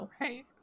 Right